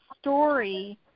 story